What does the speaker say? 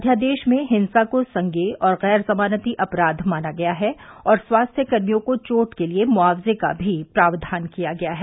अध्यादेश में हिंसा को संज्ञेय और गैर जमानती अपराध माना गया है और स्वास्थ्यकर्मियों को चोट के लिए मुआवजे का भी प्रावधान किया गया है